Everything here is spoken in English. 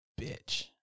bitch